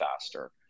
faster